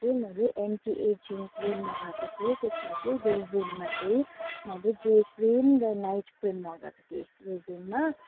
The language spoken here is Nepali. मैले एन्टी एजिङ क्रिम मगाएको थिएँ त्यसमा चाहिँ रेजिममा चाहिँ डे क्रिम र नाइट क्रिम मगाएको थिएँ रेजिममा